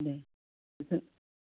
दे ओहो